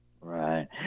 right